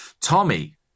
Tommy